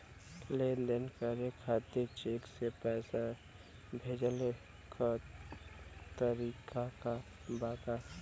लेन देन करे खातिर चेंक से पैसा भेजेले क तरीकाका बा?